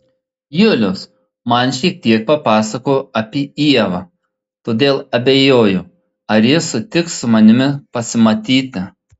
julius man šiek tiek papasakojo apie ievą todėl abejoju ar ji sutiks su manimi pasimatyti